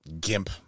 gimp